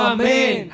Amen